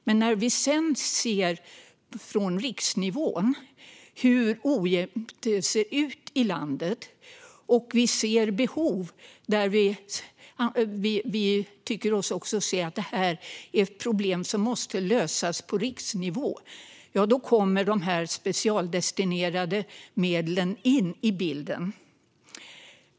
Men när vi sedan på riksnivå ser hur ojämnt det ser ut i landet, ser de behov som finns och även tycker oss se att det här är problem som måste lösas på riksnivå kommer de specialdestinerade medlen in i bilden.